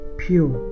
pure